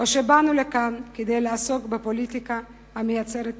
או שבאנו לכאן כדי לעסוק בפוליטיקה המייצרת תקווה?